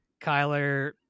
Kyler